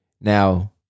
Now